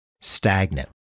stagnant